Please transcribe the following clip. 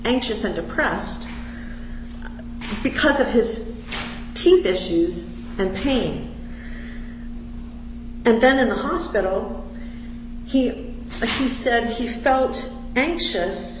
anxious and depressed because of his teeth issues and pain and then in the hospital he said he felt anxious